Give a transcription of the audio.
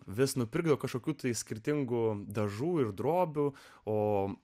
vis nupirkdavo kažkokių tai skirtingų dažų ir drobių o